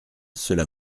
cela